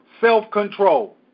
Self-control